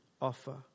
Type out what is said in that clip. offer